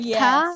Yes